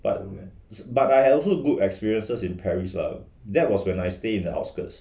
but but I also good experiences in paris lah that was when I stay in the outskirts